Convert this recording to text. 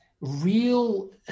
real